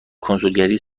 کنسولگری